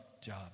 job